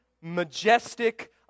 majestic